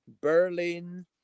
Berlin